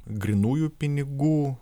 grynųjų pinigų